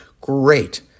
great